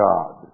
God